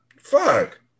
Fuck